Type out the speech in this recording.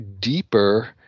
deeper